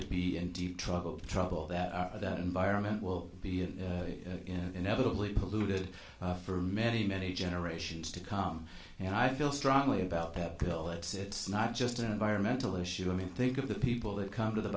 to be in deep trouble trouble that that environment will be and inevitably polluted for many many generations to come and i feel strongly about that bill that's it's not just an environmental issue i mean think of the people that come to the